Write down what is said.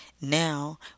now